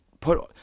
put